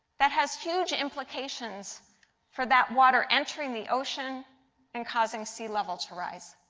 that has huge implications for that water entering the ocean and causing sea level to rise.